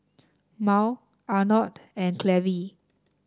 Mal Arnold and Cleve